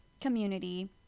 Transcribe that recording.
Community